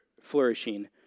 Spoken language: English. flourishing